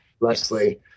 Leslie